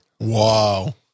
Wow